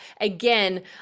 again